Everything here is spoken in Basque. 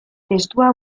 testua